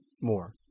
more